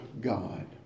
God